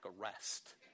arrest